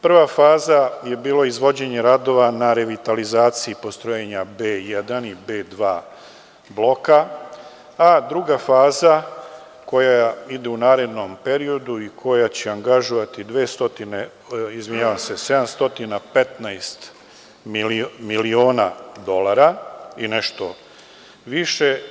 Prva faza je bilo izvođenje radova na revitalizaciji postrojenja B1 i B2 bloka, a druga faza koja ide u narednom periodu i koja će angažovati 715 miliona dolara i nešto više.